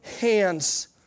hands